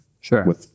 Sure